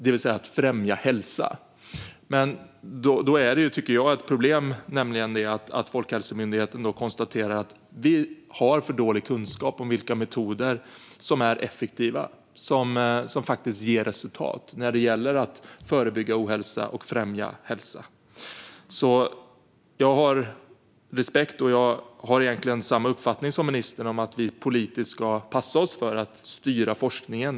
Då är det, tycker jag, ett problem att Folkhälsomyndigheten konstaterar att vi har för dålig kunskap om vilka metoder som är effektiva och faktiskt ger resultat när det gäller att förebygga ohälsa och främja hälsa. Jag har respekt för, och delar egentligen, ministerns uppfattning om att vi ska passa oss för att politiskt styra forskningen.